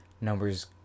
numbers